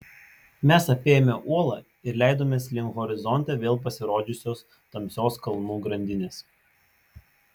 mes apėjome uolą ir leidomės link horizonte vėl pasirodžiusios tamsios kalnų grandinės